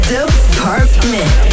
Department